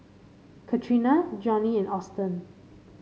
Catrina Jonnie and Austen